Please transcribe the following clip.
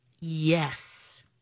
Yes